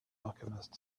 alchemist